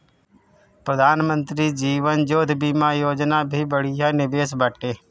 प्रधानमंत्री जीवन ज्योति बीमा योजना भी बढ़िया निवेश बाटे